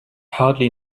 hardly